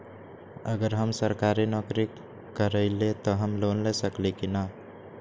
अगर हम सरकारी नौकरी करईले त हम लोन ले सकेली की न?